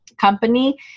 company